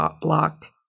block